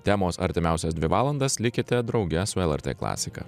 temos artimiausias dvi valandas likite drauge su lrt klasika